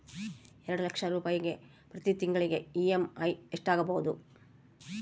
ಎರಡು ಲಕ್ಷ ರೂಪಾಯಿಗೆ ಪ್ರತಿ ತಿಂಗಳಿಗೆ ಇ.ಎಮ್.ಐ ಎಷ್ಟಾಗಬಹುದು?